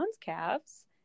calves